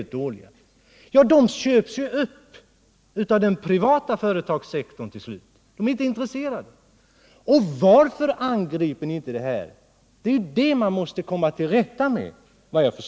Till slut köps de upp av den privata företagssektorn. Varför angriper ni inte dessa problem? Såvitt jag förstår är det detta som man i första hand måste komma till rätta med.